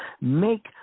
Make